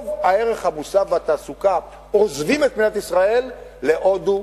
רוב הערך המוסף והתעסוקה עוזבים את מדינת ישראל להודו,